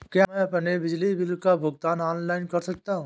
क्या मैं अपने बिजली बिल का भुगतान ऑनलाइन कर सकता हूँ?